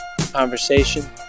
conversation